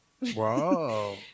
whoa